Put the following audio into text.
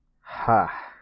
Ha